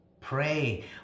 pray